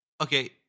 Okay